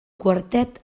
quartet